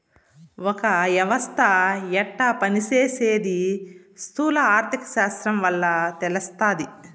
ఒక యవస్త యెట్ట పని సేసీది స్థూల ఆర్థిక శాస్త్రం వల్ల తెలస్తాది